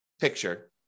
picture